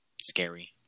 scary